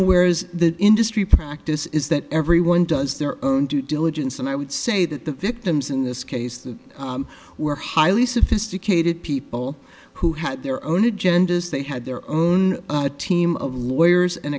where is the industry practice is that everyone does their own due diligence and i would say that the victims in this case that were highly sophisticated people who had their own agendas they had their own team of lawyers and